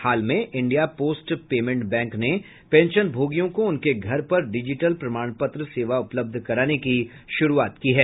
हाल में India post payment bank ने पेंशनभोगियों को उनके घर पर डिजिटल प्रमाणपत्र सेवा उपलब्ध कराने की शुरूआत की है